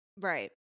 Right